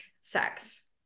sex